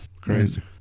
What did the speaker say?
crazy